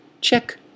Check